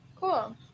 cool